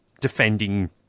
defending